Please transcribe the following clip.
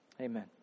Amen